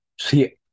see